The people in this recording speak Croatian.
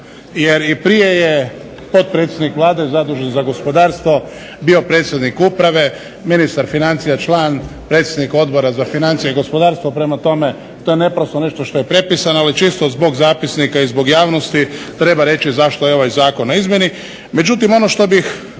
Jer i prije je potpredsjednik Vlade zadužen za gospodarstvo bio predsjednik uprave, ministar financija član predsjednika Odbora za financije i gospodarstvo. Prema tome, to je naprosto nešto što je prepisano ali čisto zbog zapisnika i zbog javnosti treba reći zašto je ovaj zakon na izmjeni.